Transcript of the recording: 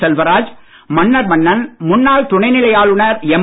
செல்வராஜ் மன்னர்மன்னன் முன்னாள் துணை நிலை ஆளுநர் எம்